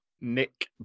Nick